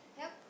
yup